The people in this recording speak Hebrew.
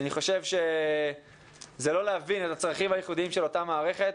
אני חושב שזה לא להבין את הצרכים הייחודיים של אותה מערכת.